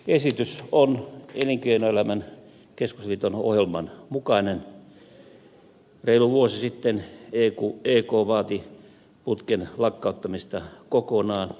esitys on elinkeinoelämän keskusliiton ohjelman mukainen reilu vuosi sitten ek vaati putken lakkauttamista kokonaan